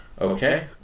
Okay